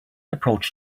approach